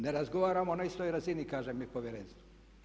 Ne razgovaramo na istoj razini kaže mi Povjerenstvo.